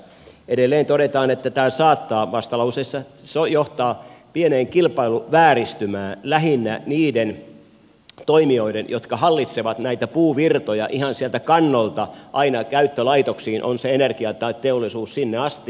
edelleen vastalauseissa todetaan että tämä saattaa johtaa pieneen kilpailuvääristymään lähinnä niiden toimijoiden osalta jotka hallitsevat näitä puuvirtoja ihan sieltä kannolta aina käyttölaitoksiin on se energia tai teollisuuslaitos asti